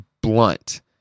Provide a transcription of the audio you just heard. blunt